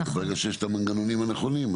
ברגע שיש את המנגנונים הנכונים,